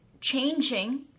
changing